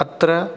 अत्र